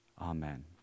amen